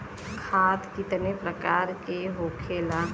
खाद कितने प्रकार के होखेला?